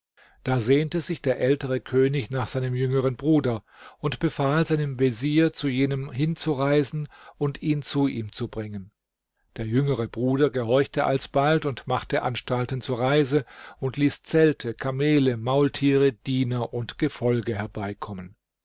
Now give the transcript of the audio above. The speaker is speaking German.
da sehnte sich der ältere könig nach seinem jüngeren bruder und befahl seinem vezier zu jenem hinzureisen und ihn zu ihm zu bringen der jüngere bruder gehorchte alsbald und machte anstalten zur reise und ließ zelte kamele maultiere diener und gefolge herbeikommen